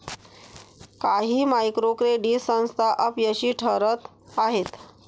काही micro credit संस्था अपयशी ठरत आहेत